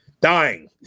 dying